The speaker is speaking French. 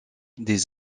des